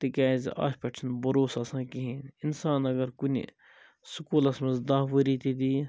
تِکیٛازِ اَتھ پٮ۪ٹھ چھُنہٕ بھروسہٕ آسان کِہیٖنۍ اِنسان اگر کُنہِ سُکولَس مَنٛز دٔہ ؤری تہِ دِیہِ